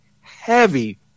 heavy